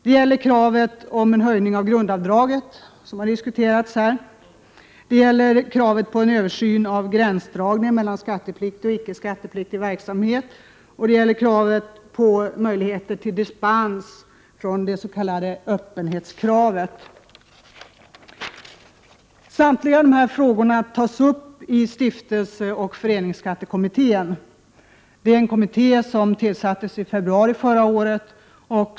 Detta gäller kravet på höjning av grundavdraget, kravet på en översyn av gränsdragning mellan skattepliktig och icke skattepliktig verksamhet samt kravet på möjligheterna till dispens från det s.k. öppenhetskravet. Samtliga dessa frågor tas upp i stiftelseoch föreningsskattekommittén. Den kommittén tillsattes i februari förra året.